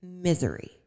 Misery